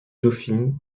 dauphine